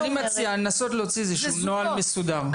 אני מציע לנסות להוציא נוהל מסוים,